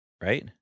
right